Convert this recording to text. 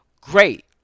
great